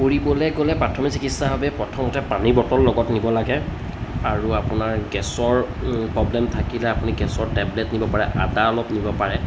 ফুৰিবলৈ গ'লে প্ৰাথমিক চিকিৎসাভাৱে প্ৰথমতে পানীৰ বটল লগত নিব লাগে আৰু আপোনাৰ গেছৰ প্ৰব্লেম থাকিলে আপুনি গেছৰ টেবলেট নিব পাৰে আদা অলপ নিব পাৰে